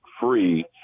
free